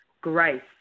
grace